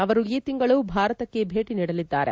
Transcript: ಅವರು ಈ ತಿಂಗಳು ಭಾರತಕ್ಕೆ ಭೇಟಿ ನೀಡಲಿದ್ದಾರೆ